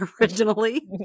originally